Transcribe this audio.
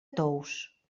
tous